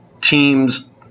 teams